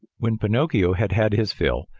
when pinocchio had had his fill,